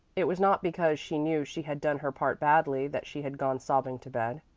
it was not because she knew she had done her part badly that she had gone sobbing to bed,